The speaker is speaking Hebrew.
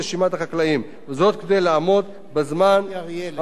וזאת כדי לעמוד בזמן המוקצה להליך הבחירות.